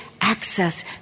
access